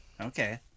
Okay